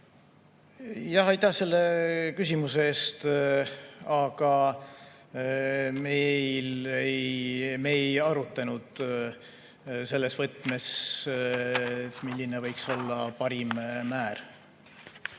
Aitäh selle küsimuse eest! Aga me ei arutanud selles võtmes, milline võiks olla parim määr.